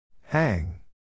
Hang